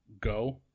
go